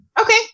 Okay